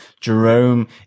Jerome